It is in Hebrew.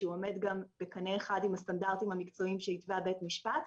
שעומד בקנה אחד עם הסטנדרטים המקצועיים שהתווה בית המשפט,